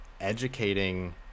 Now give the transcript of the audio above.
educating